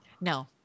No